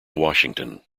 washington